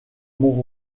mont